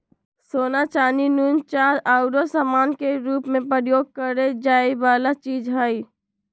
सोना, चानी, नुन, चाह आउरो समान के रूप में प्रयोग करए जाए वला चीज हइ